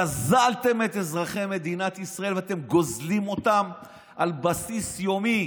גזלתם את אזרחי מדינת ישראל ואתם גוזלים אותם על בסיס יומי.